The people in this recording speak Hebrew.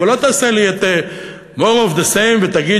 אבל לא תעשה לי more of the same ותגיד